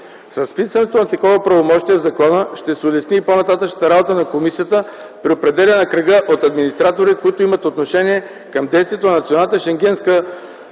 разписването на такова правомощие в закона ще се улесни по-нататъшната работа на комисията при определяне на кръга от администратори, които имат отношение към действието на Националната шенгенска